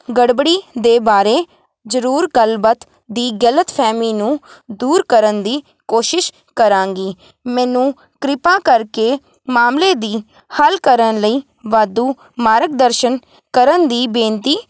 ਗੜਬੜੀ ਦੇ ਬਾਰੇ ਜ਼ਰੂਰ ਗੱਲਬਾਤ ਦੀ ਗਲਤ ਫ਼ਹਿਮੀ ਨੂੰ ਦੂਰ ਕਰਨ ਦੀ ਕੋਸ਼ਿਸ਼ ਕਰਾਂਗੀ ਮੈਨੂੰ ਕਿਰਪਾ ਕਰਕੇ ਮਾਮਲੇ ਦੀ ਹੱਲ ਕਰਨ ਲਈ ਵਾਧੂ ਮਾਰਗ ਦਰਸ਼ਨ ਕਰਨ ਦੀ ਬੇਨਤੀ